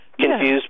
confused